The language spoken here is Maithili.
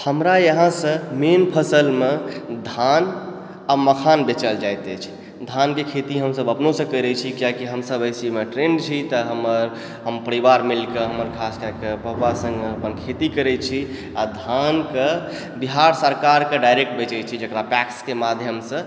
हमरा यहाँ सँ मेन फसलमे धान आओर मखान बेचल जाइत अछि धानके खेती हमसब अपनोसँ करैत छी कियाकि हमसब एहिमे ट्रेण्ड छी तऽ हमर हम परिवार मिलिकऽ हम खास कए कऽ हमर पापा सङ्गे अपन खेती करै छी आओर धानके बिहार सरकारके डाइरेक्ट बेचै छी जकरा पैक्सके माध्यमसँ